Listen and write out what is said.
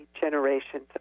generations